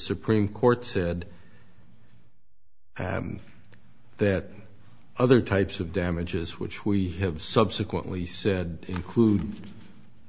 supreme court said that other types of damages which we have subsequently said include